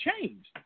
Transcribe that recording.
changed